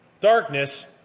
darkness